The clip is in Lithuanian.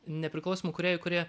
nepriklausomų kūrėjų kurie